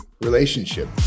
relationship